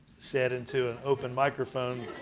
said into an open microphone